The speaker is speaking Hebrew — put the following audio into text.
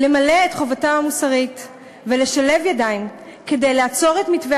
למלא את חובתם המוסרית ולשלב ידיים כדי לעצור את מתווה